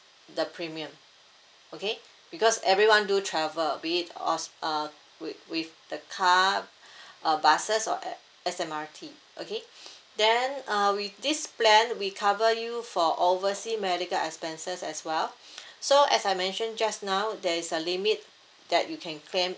the premium okay because everyone do travel be it of uh with with the car uh buses or S S_M_R_T okay then err with this plan we cover you for oversea medical expenses as well so as I mentioned just now there is a limit that you can claim